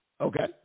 Okay